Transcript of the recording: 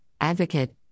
advocate